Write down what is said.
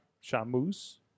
Shamus